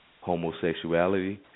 Homosexuality